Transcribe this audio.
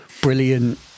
Brilliant